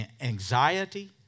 anxiety